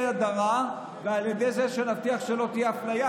הדרה ועל ידי זה שנבטיח שלא תהיה אפליה,